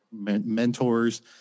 mentors